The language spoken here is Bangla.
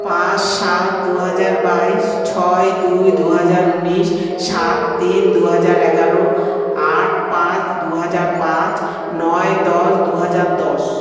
পাঁচ সাত দু হাজার বাইশ ছয় দুই দু হাজার উনিশ সাত তিন দু হাজার এগারো আট পাঁচ দু হাজার পাঁচ নয় দশ দু হাজার দশ